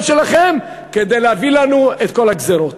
שלכם כדי להביא לנו את כל הגזירות.